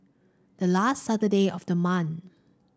the last Saturday of the month